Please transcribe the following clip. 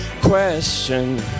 question